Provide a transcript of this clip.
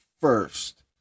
first